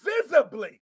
visibly